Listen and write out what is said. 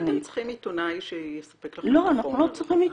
אבל למה אתם צריכים עיתונאי שיספק לכם את החומר?